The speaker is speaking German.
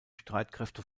streitkräfte